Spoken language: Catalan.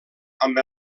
amb